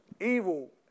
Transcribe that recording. evil